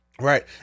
Right